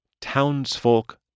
Townsfolk